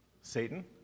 Satan